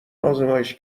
آزمایش